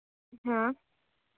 हाँ